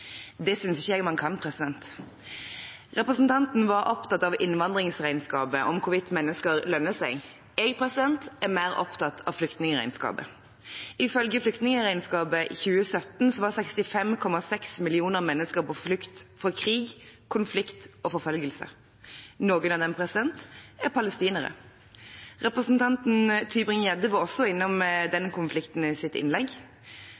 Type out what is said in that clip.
Det synes ikke jeg man kan. Representanten var opptatt av innvandringsregnskapet, om hvorvidt mennesker lønner seg. Jeg er mer opptatt av flyktningregnskapet. Ifølge flyktningregnskapet i 2017 var 65,6 millioner mennesker på flukt fra krig, konflikt og forfølgelse. Noen av dem er palestinere. Representanten Tybring-Gjedde var også innom den konflikten i sitt innlegg.